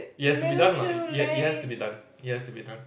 it has to be done lah it has to be done it has to be done